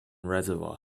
reservoir